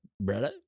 brother